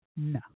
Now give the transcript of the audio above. No